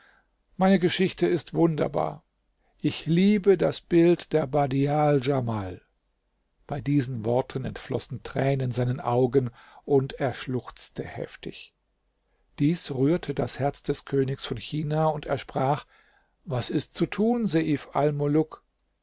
meine geschichte ist wunderbar ich liebe das bild der badial djamal bei diesen worten entflossen tränen seinen augen und er schluchzte heftig dies rührte das herz des königs von china und er sprach was ist zu tun seif